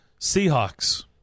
Seahawks